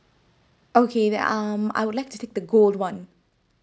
okay then um I would like to take the gold [one]